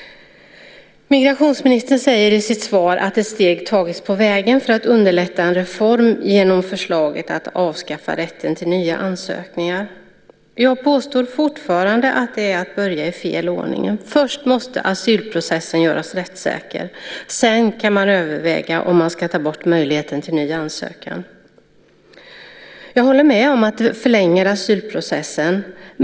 Migrationsministern säger i sitt svar att ett steg tagits på vägen för att underlätta en reform genom förslaget att avskaffa rätten till nya ansökningar. Jag påstår fortfarande att det är att börja i fel ordning. Först måste asylprocessen göras rättssäker. Sedan kan man överväga om man ska ta bort möjligheten till ny ansökan. Jag håller med om att det förlänger asylprocessen.